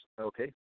Okay